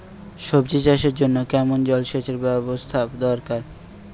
সবজি চাষের জন্য কেমন জলসেচের ব্যাবস্থা দরকার?